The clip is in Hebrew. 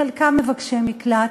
חלקם מבקשי מקלט,